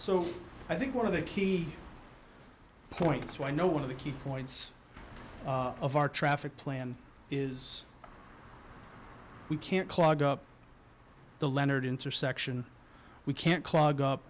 so i think one of the key points why no one of the key points of our traffic plan is we can't clog up the leonard intersection we can't clog up